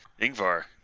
Ingvar